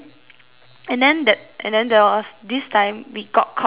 and then that and then there was this time we got caught after